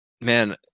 Man